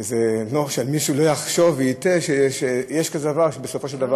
כדי שמישהו לא יחשוב ויטעה שיש דבר כזה,